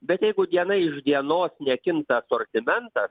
bet jeigu diena iš dienos nekinta asortimentas